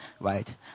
right